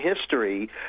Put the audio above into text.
history